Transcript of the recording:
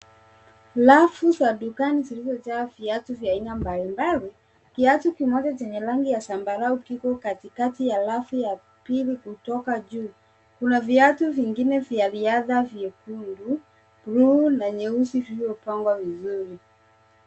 Rafu za dukani zilizojaa viatu vya aina mbali mbali. Kiatu kimoja chenye rangi ya zambarau kiko katikati ya rafu ya pili kutoka juu. Kuna viatu vingine vya riadha vyekundu, blue[cs ]na nyeusi vilivyopangwa vizuri.